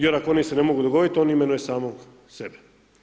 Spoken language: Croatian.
Jer ako oni se ne mogu dogovoriti on imenuje samog sebe.